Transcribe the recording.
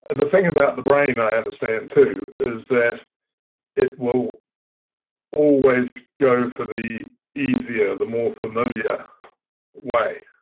and the thing about the brain i understand too is that it will always go for the easier, the more familiar way.